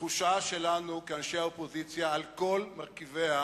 התחושה שלנו, אנשי האופוזיציה על כל מרכיביה,